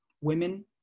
women